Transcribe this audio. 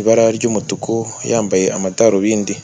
ibara ry'umutuku yambaye amadarubindi.